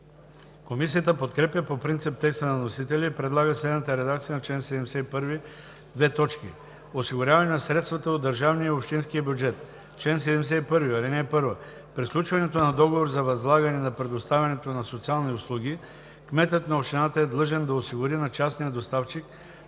Комисията подкрепя по принцип текста на вносителя и предлага следната редакция на чл. 71: „Осигуряване на средствата от държавния и общинския бюджет Чл. 71. (1) При сключването на договор за възлагане на предоставянето на социални услуги кметът на общината е длъжен да осигури на частния доставчик